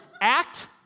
act